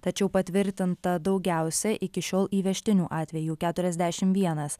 tačiau patvirtinta daugiausia iki šiol įvežtinių atvejų keturiasdešim vienas